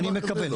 אני מקבל.